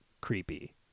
creepy